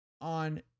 on